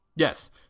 Yes